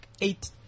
eight